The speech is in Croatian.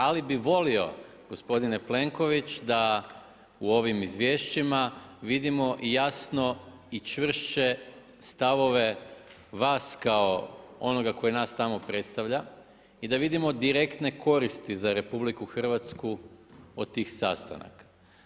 Ali bih volio gospodine Plenković da u ovim izvješćima vidimo jasno i čvršće stavove vas kao onoga koji nas tamo predstavlja i da vidimo direktne koristi za RH od tih sastanaka.